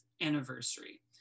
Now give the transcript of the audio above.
anniversary